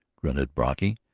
grunted brocky.